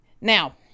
Now